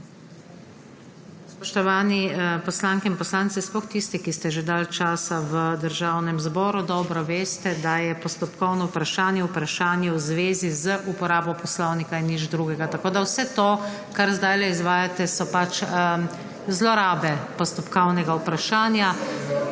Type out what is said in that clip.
Spoštovane poslanke in poslanci, sploh tisti, ki ste že dlje časa v Državnem zboru, dobro veste, da je postopkovno vprašanje vprašanje v zvezi z uporabo poslovnika in nič drugega. Vse to, kar zdajle izvajate, so pač zlorabe postopkovnega vprašanja.